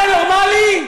זה נורמלי?